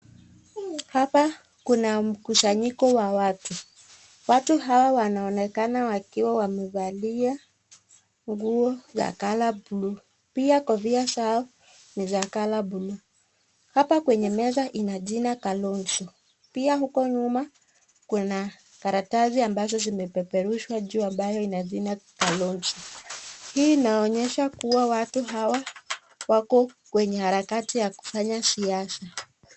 Hapa Kuna uzanyiko wa watu, watu hawa wanaonekana wakiwa